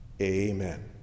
Amen